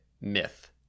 myth